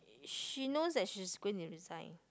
she knows that she's going to resign